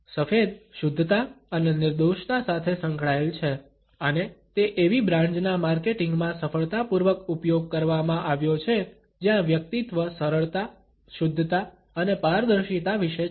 સફેદ શુદ્ધતા અને નિર્દોષતા સાથે સંકળાયેલ છે અને તે એવી બ્રાન્ડ્સના માર્કેટિંગમાં સફળતાપૂર્વક ઉપયોગ કરવામાં આવ્યો છે જ્યાં વ્યક્તિત્વ સરળતા શુદ્ધતા અને પારદર્શિતા વિશે છે